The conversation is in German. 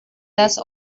das